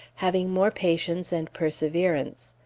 having more patience and perseverance.